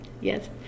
yes